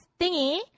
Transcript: thingy